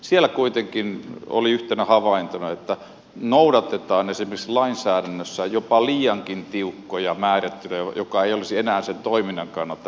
siellä kuitenkin oli yhtenä havaintona että noudatetaan esimerkiksi lainsäädännössä jopa liiankin tiukkoja määrittelyjä mikä ei olisi enää sen toiminnan kannalta järkevää